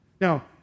Now